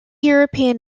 european